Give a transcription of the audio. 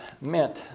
meant